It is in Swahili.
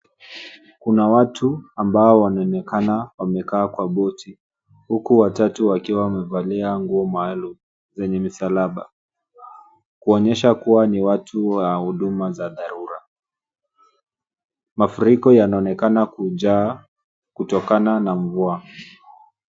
Kuna watu ambao wanaonekana wamekaa kwa boti huku watatu wakiwa wamevalia nguo maalum zenye misalaba; kuonyesha kuwa ni watu wa huduma za dharura. Mafuriko yanaonekana kujaa kutokana na mvua.